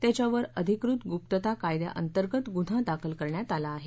त्यांच्यावर अधिकृत गुप्तता कायद्या अंतर्गत गुन्हा दाखल करण्यात आला आहे